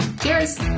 Cheers